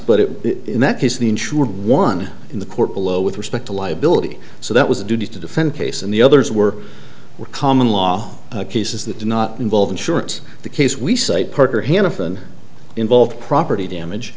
was in that case the insurer one in the court below with respect to liability so that was a duty to defend case and the others were common law cases that did not involve insurance the case we cite parker hannifin involved property damage